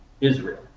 Israel